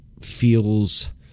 feels